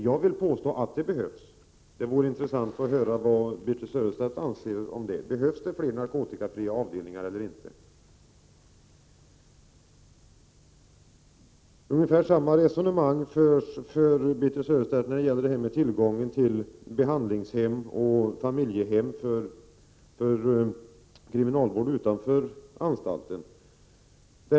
Jag vill påstå att det behövs, och det vore intressant att höra vad Birthe Sörestedt anser om det: Behövs det fler narkotikafria avdelningar eller inte? Ungefär samma resonemang för Birthe Sörestedt om tillgången till behandlingshem och familjehem för kriminalvård utanför anstalten.